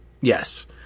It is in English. Yes